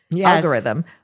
algorithm